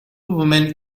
women